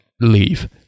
leave